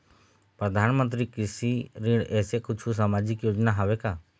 परधानमंतरी कृषि ऋण ऐसे कुछू सामाजिक योजना हावे का?